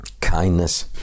kindness